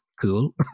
cool